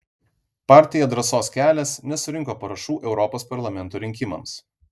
partija drąsos kelias nesurinko parašų europos parlamento rinkimams